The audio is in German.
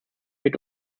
mit